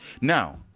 Now